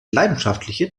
leidenschaftliche